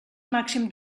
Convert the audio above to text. màxim